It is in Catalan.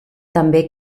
també